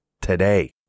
today